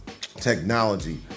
technology